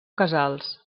casals